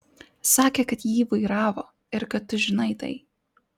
sakė kad jį vairavo ir kad tu žinai tai